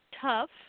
tough